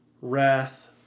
wrath